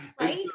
Right